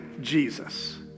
Jesus